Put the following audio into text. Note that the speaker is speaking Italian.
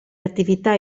attività